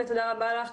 תודה רבה לך,